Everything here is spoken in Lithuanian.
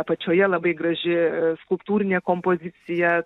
apačioje labai graži skulptūrinė kompozicija